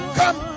come